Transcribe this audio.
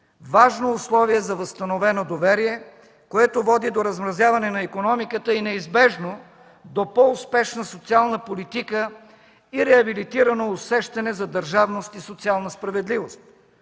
важно условие за възстановено доверие, което води до размразяване на икономиката и неизбежно до по-успешна социална политика и реабилитирано усещане за държавност и социална справедливост.